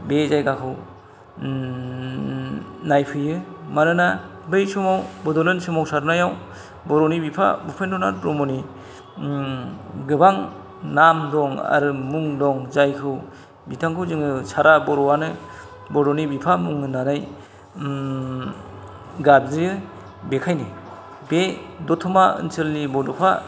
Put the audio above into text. बे जायगाखौ नायफैयो मानोना बै समाव बड'लेण्ड सोमावसारनायाव बर'नि बिफा उपेन्द्रनाथ ब्रह्मनि गोबां नाम दं आरो मुं दं जायखौ बिथांखौ जोङो सारा बर'आनो बर'नि बिफा मुं होनानै गाबज्रियो बेखायनो बे दतमा ओनसोलनि बड'फा